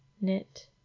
knit